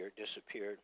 disappeared